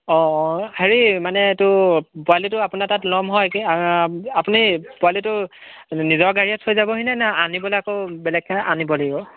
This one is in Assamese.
অঁ অঁ হেৰি মানে এইটো পোৱালিটো আপোনাৰ তাত লম হয় আপুনি পোৱালিটো নিজৰ গাড়ীয়ে থৈ যাবহি নে আনিবলৈ আকৌ বেলেগকৈ আনিব লাগিব